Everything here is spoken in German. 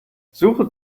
suche